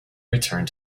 returned